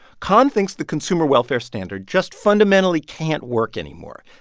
khan thinks the consumer welfare standard just fundamentally can't work anymore.